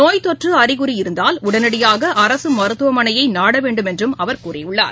நோய் தொற்றுஅறிகுறி இருந்தால் உடனடியாகஅரசுமருத்துவமனையநாடவேண்டும் என்றும் அவர் கூறியுள்ளார்